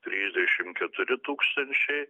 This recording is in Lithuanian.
trisdešimt keturi tūkstančiai